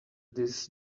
this